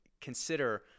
consider